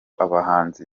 abahanzi